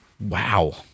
Wow